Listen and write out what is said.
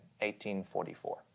1844